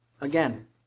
again